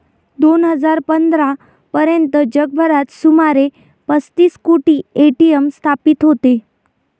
दोन हजार पंधरा पर्यंत जगभरात सुमारे पस्तीस कोटी ए.टी.एम स्थापित होते